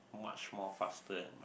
much more faster